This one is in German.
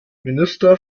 minister